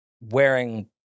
wearing